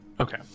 okay